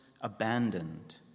abandoned